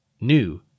New